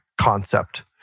concept